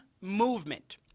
movement